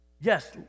Yes